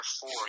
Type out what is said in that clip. four